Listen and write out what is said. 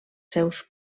seus